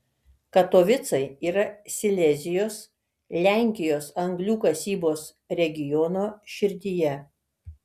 katovicai yra silezijos lenkijos anglių kasybos regiono širdyje